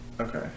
Okay